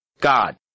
God